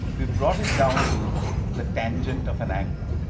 we've brought it down to the tangent of an angle.